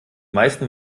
meisten